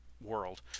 world